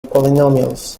polynomials